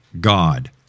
God